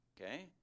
Okay